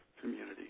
community